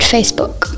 Facebook